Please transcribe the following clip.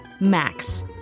Max